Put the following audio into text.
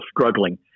struggling